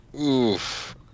Oof